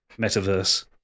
Metaverse